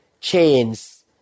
chains